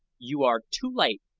you are too late,